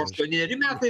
aštuoneri metai